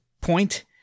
point